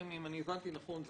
אם הבנתי נכון,